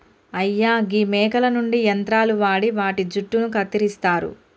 అయ్యా గీ మేకల నుండి యంత్రాలు వాడి వాటి జుట్టును కత్తిరిస్తారు